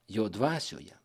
jo dvasioje